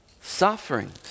Sufferings